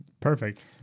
Perfect